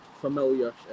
familiar